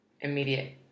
immediate